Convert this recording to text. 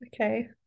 Okay